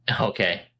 Okay